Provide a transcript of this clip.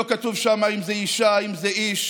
לא כתוב שם אם זה אישה, אם זה איש,